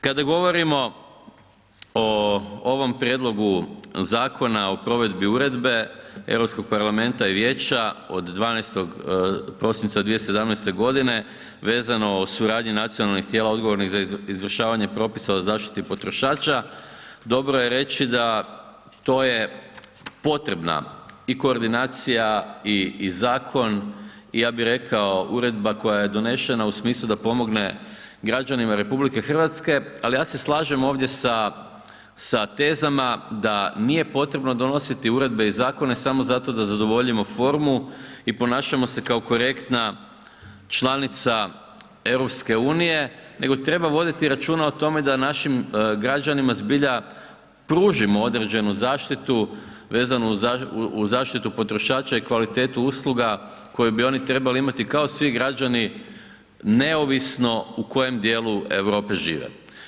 Kada govorimo o ovom Prijedlogu Zakona o provedbi Uredbe Europskog parlamenta i vijeća od 12. prosinca 2017. godine vezano o suradnji nacionalnih tijela odgovornih za izvršavanje propisa o zaštiti potrošača dobro je reći da to je potrebna i koordinacija i zakon i ja bi rekao uredba koja je donešena u smislu da pomogne građanima RH, ali ja se slažem ovdje sa tezama da nije potrebno donositi uredbe i zakone samo zato da zadovoljimo formu i ponašamo se kao korektna članica EU, nego treba voditi računa o tome da našim građanima zbilja pružimo određenu zaštitu vezanu uz zaštitu potrošača i kvalitetu usluga koju bi oni trebali imati neovisno u kojem dijelu Europe žive.